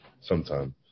sometime